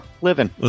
living